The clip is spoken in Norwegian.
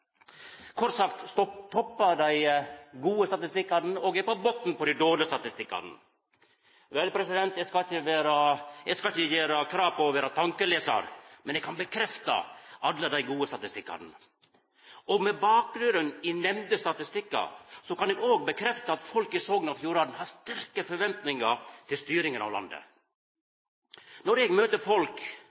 Kort sagt toppar me dei gode statistikkane, og me er på botn når det gjeld dei dårlege statistikkane. Vel, eg skal ikkje gjera krav på å vera tankelesar, men eg kan bekrefta alle dei gode statistikkane. Med bakgrunn i nemnde statistikkar kan eg òg bekrefta at folk i Sogn og Fjordane har sterke forventningar til styringa av landet. Når eg møter folk